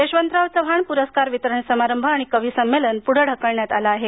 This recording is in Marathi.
यशवंतराव चव्हाण पुरस्कार वितरण समारंभ आणि कविसंमेलन पुढे ढकलण्यात आले आहे